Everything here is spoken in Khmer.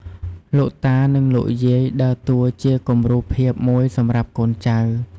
លោកតា និងលោកយាយដើរតួជាគំរូភាពមួយសម្រាប់កូនចៅ។